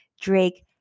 Drake